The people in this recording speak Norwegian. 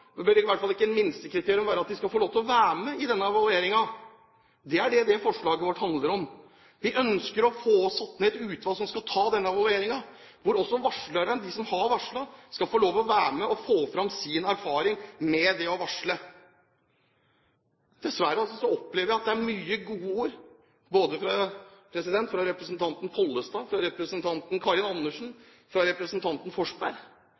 bør ikke det minste kriteriet være at de skal få lov til å være med i denne evalueringen? Det er det vårt forslag handler om. Vi ønsker å få satt ned et utvalg som skal gjøre denne evalueringen, hvor også varslerne, de som har varslet, skal få lov til å være med og få fram sin erfaring med det å varsle. Dessverre opplever vi at det er mange gode ord, både fra representanten Pollestad, fra representanten Karin Andersen og fra representanten Forsberg.